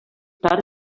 tard